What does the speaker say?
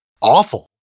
awful